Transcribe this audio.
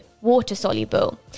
water-soluble